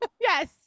Yes